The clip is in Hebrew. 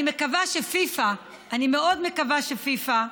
אני מקווה שפיפ"א, אני מאוד מקווה שפיפ"א,